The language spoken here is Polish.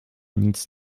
nic